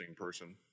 person